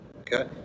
okay